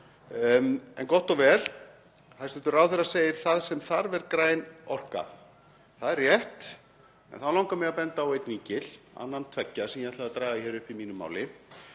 En gott og vel, hæstv. ráðherra segir: Það sem þarf er græn orka. Það er rétt en þá langar mig að benda á einn vinkil, annan tveggja sem ég ætla að draga hér upp í mínu máli,